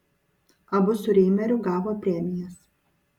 abu su reimeriu gavo premijas